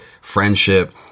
friendship